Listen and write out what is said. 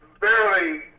barely